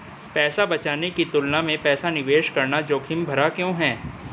पैसा बचाने की तुलना में पैसा निवेश करना जोखिम भरा क्यों है?